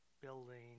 building